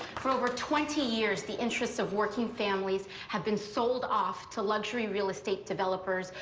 for over twenty years, the interests of working families have been sold off to luxury real estate developers,